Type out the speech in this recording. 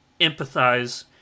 empathize